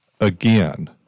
again